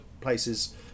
places